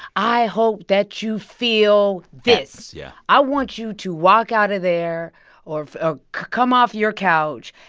i hope that you feel this yeah i want you to walk out of there or ah come off your couch,